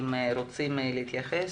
אם רוצים להתייחס,